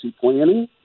planning